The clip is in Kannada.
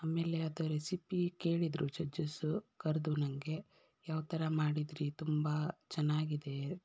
ಆಮೇಲೆ ಅದರ ರೆಸಿಪಿ ಕೇಳಿದರು ಜಜ್ಜಸ್ಸು ಕರೆದು ನನಗೆ ಯಾವ ಥರ ಮಾಡಿದ್ದೀರಿ ತುಂಬ ಚೆನ್ನಾಗಿದೆ